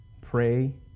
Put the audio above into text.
pray